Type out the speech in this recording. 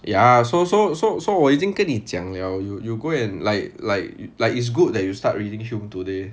ya so so so so 我已经跟你讲了 you you go and like like like it's good that you start reading hume today